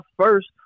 first